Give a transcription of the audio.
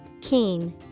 Keen